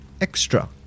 extra